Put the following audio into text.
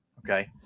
Okay